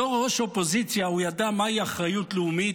ובתור ראש אופוזיציה הוא ידע מהי אחריות לאומית,